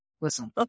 Listen